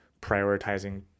prioritizing